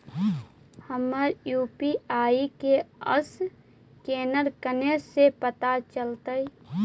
हमर यु.पी.आई के असकैनर कने से पता चलतै?